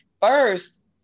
first